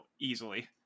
easily